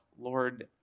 Lord